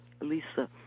Lisa